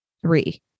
Three